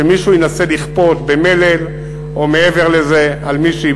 שמישהו ינסה לכפות במלל או מעבר לזה על מישהי,